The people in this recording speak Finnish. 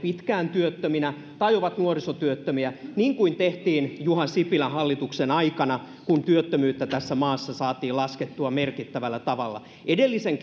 pitkään työttöminä tai ovat nuorisotyöttömiä niin kuin tehtiin juha sipilän hallituksen aikana kun työttömyyttä tässä maassa saatiin laskettua merkittävällä tavalla edellisen